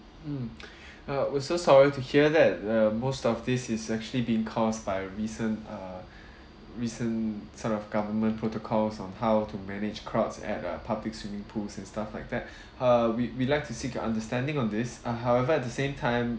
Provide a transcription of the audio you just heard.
mm uh we're so sorry to hear that uh most of this is actually been caused by recent uh recent sort of government protocols on how to manage crowds at a public swimming pools and stuff like that uh we we'd like to seek your understanding on this uh however at the same time